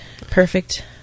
perfect